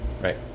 Right